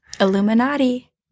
Illuminati